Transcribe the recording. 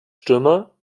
stürmer